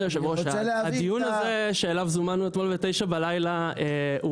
הדיון הזה שאליו הוזמנו אתמול בשעה 21:00 הוא